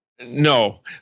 No